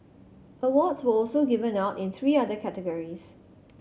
awards were also given out in three other categories